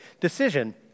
decision